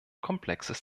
komplexes